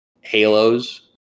Halos